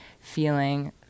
feeling